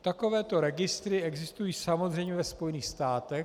Takovéto registry existují samozřejmě ve Spojených státech.